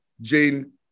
Jane